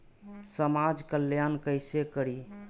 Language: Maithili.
समाज कल्याण केसे करी?